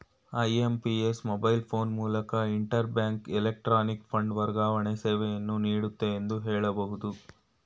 IMPS mobile phone ಮೂಲಕ inter bank electronic fund ವರ್ಗಾವಣೆ ಸೇವೆಯನ್ನು ನೀಡುತ್ತೆ ಎಂದು ಹೇಳಬಹುದು